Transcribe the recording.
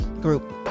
group